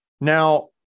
Now